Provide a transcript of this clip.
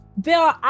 Bill